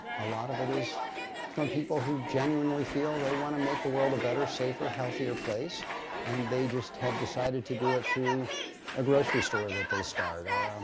a lot of it is from people who genuinely feel they want to make the world a better, safer, healthier place and they just have decided to do it through a grocery store that they started or a um